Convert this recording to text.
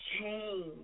change